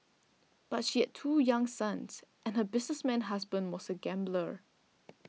but she had two young sons and her businessman husband was a gambler